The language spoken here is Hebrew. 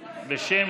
שעה) (מענק חד-פעמי חלף הגדלת קצבאות הנכות לשנת 2020),